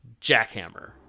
Jackhammer